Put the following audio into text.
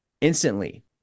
instantly